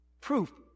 Proof